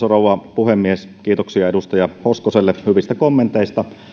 arvoisa rouva puhemies kiitoksia edustaja hoskoselle hyvistä kommenteista